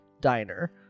diner